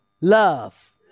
Love